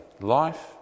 life